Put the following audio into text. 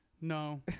No